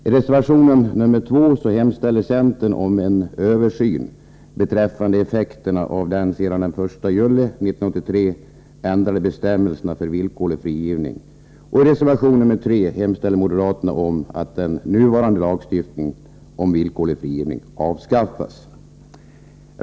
I reservation nr 2 hemställer centern om en översyn beträffande effekterna av de sedan den 1 juli 1983 ändrade bestämmelserna för villkorlig frigivning, och i reservation nr 3 hemställer moderaterna om att den nuvarande lagstiftningen om villkorlig frigivning avskaffas.